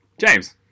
James